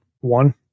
one